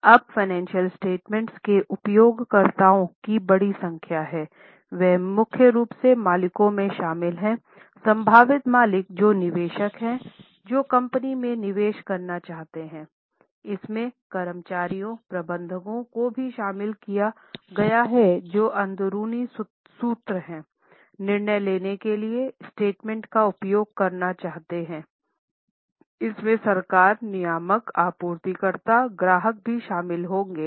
अब financial statement के उपयोगकर्ताओं की बड़ी संख्या है वे मुख्य रूप से मालिकों में शामिल हैं संभावित मालिक जो निवेशक हैं जो कंपनी में निवेश करना चाहते हैंइसमें कर्मचारियों प्रबंधकों को भी शामिल किया गया है जो अंदरूनी सूत्र हैं निर्णय लेने के लिए स्टेटमेंट का उपयोग करना चाहते हैं इसमें सरकार नियामक आपूर्तिकर्ता ग्राहक भी शामिल होंगे